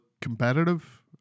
competitive